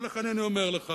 לכן אני אומר לך,